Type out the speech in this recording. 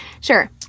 Sure